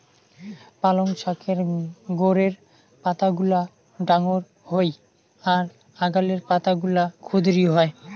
পালঙ শাকের গোড়ের পাতাগুলা ডাঙর হই আর আগালের পাতাগুলা ক্ষুদিরী হয়